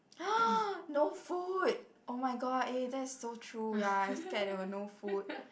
no food oh-my-god eh that is so true ya I scared they got food